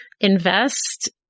invest